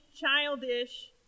childish